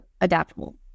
adaptable